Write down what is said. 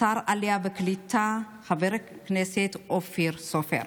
שר העלייה והקליטה חבר הכנסת אופיר סופר.